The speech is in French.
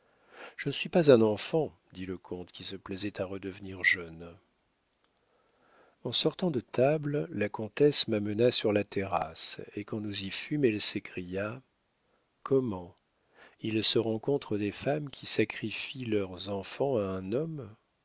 je ne suis pas un enfant dit le comte qui se plaisait à redevenir jeune en sortant de table la comtesse m'amena sur la terrasse et quand nous y fûmes elle s'écria comment il se rencontre des femmes qui sacrifient leurs enfants à un homme